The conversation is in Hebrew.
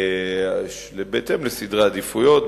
בהתאם לסדרי העדיפויות.